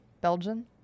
Belgian